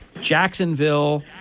jacksonville